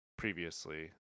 previously